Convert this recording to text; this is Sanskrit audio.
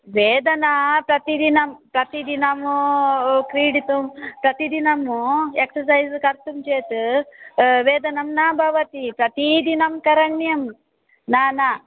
वेदना प्रतिदिनं प्रतिदिनमु क्रीडितुं प्रतिदिनमु एक्ससैज् कर्तुं चेत् वेदनं न भवति प्रतीदिनं करण्यं न न